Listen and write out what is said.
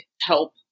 help